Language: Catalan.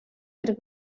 per